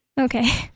Okay